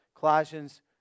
Colossians